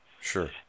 Sure